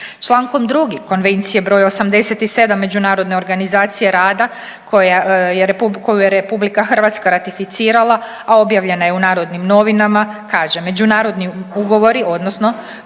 Člankom drugim Konvencije broj 87. Međunarodne organizacije rada koju je Republika Hrvatska ratificirala, a objavljena je u Narodnim novinama kažem međunarodni ugovori odnosno